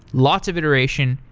lots of iteration,